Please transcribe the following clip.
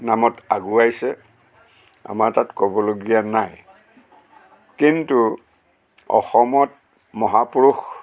নামত আগুৱাইছে আমাৰ তাত ক'বলগীয়া নাই কিন্তু অসমত মহাপুৰুষ